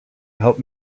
help